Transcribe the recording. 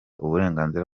uburenganzira